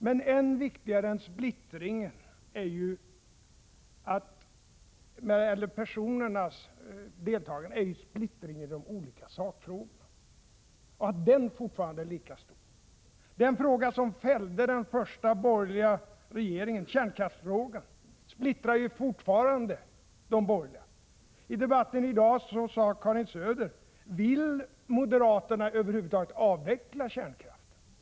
Men än viktigare än personerna är ju att splittringen i de politiska sakfrågorna fortfarande är lika stor. Den fråga som fällde den första borgerliga regeringen — kärnkraftsfrågan — splittrar fortfarande borgerligheten. I debatten i dag frågade Karin Söder: Vill moderaterna över huvud taget avveckla kärnkraften?